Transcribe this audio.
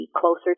closer